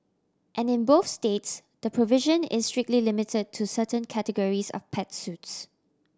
and in both states the provision is strictly limited to certain categories of pet suits